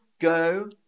go